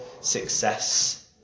success